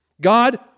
God